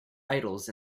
idols